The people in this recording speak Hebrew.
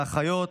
האחיות,